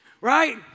right